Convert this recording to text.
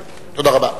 תודה רבה.